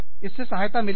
इससे सहायता मिलेगी